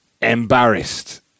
embarrassed